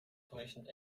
täuschend